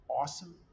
awesome